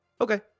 Okay